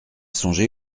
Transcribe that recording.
songé